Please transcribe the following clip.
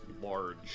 large